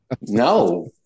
No